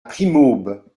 primaube